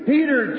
Peter